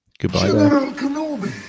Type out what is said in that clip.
Goodbye